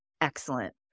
Excellent